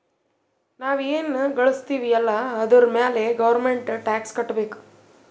ನಾವ್ ಎನ್ ಘಳುಸ್ತಿವ್ ಅಲ್ಲ ಅದುರ್ ಮ್ಯಾಲ ಗೌರ್ಮೆಂಟ್ಗ ಟ್ಯಾಕ್ಸ್ ಕಟ್ಟಬೇಕ್